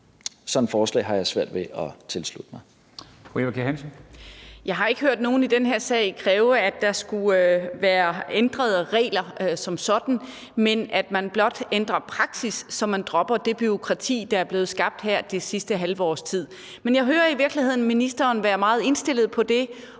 Hansen. Kl. 14:05 Eva Kjer Hansen (V): Jeg har ikke hørt nogen i den her sag kræve, at der skulle være ændrede regler som sådan, men at man blot ændrer praksis, så man dropper det bureaukrati, der er blevet skabt her det sidste halve års tid. Men jeg hører i virkeligheden ministeren være meget indstillet på det